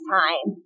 time